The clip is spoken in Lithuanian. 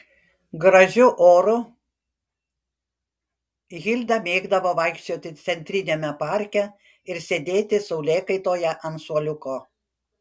gražiu oru hilda mėgdavo vaikščioti centriniame parke ir sėdėti saulėkaitoje ant suoliuko